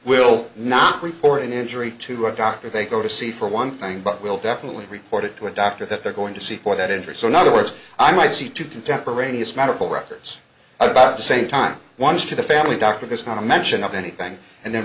will not report an injury to a doctor they go to see for one thing but will definitely report it to a doctor that they're going to see for that injury so in other words i might see two contemporaneous medical records about the same time one is to the family doctor based on a mention of anything and then